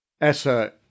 Essa